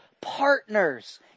partners